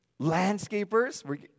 Landscapers